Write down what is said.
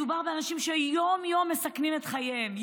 מדובר באנשים שיום-יום מסכנים את חייהם,